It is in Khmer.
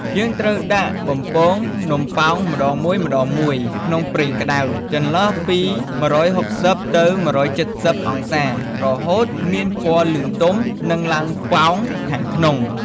យើងត្រូវដាក់បំពងនំប៉ោងម្ដងមួយៗក្នុងប្រេងក្តៅ ចន្លោះពី ១៦០ ទៅ ១៧០ អង្សា រហូតមានពណ៌លឿងទុំ និងឡើងប៉ោងខាងក្នុង។